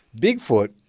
Bigfoot